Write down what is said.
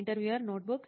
interviewer notebook